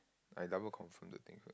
I double confirm the thing first